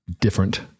different